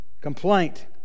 complaint